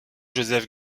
joseph